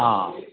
हा